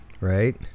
Right